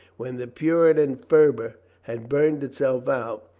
when the puritan fervor had burned itself out,